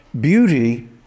beauty